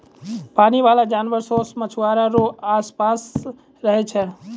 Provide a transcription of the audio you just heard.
पानी बाला जानवर सोस मछुआरा रो आस पास रहै छै